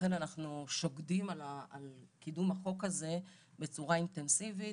ולכן אנחנו שוקדים על קידום החוק הזה בצורה אינטנסיבית,